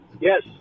Yes